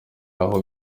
aho